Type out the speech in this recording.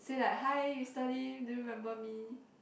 say like hi Mister Lim do you remember me